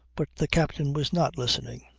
but the captain was not listening.